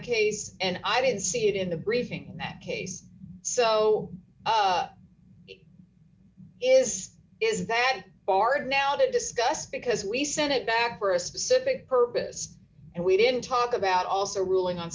case and i didn't see it in the briefing that case so is is that hard now to discuss because we sent it back for a specific purpose and we didn't talk about also ruling on